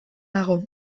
dago